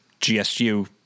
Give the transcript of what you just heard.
GSU